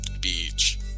Beach